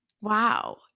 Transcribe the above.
Wow